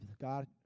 God